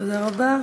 תודה רבה.